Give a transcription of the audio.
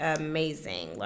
amazing